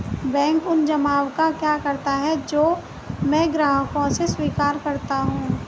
Bank उन जमाव का क्या करता है जो मैं ग्राहकों से स्वीकार करता हूँ?